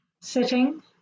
sitting